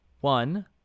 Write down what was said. One